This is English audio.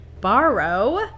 borrow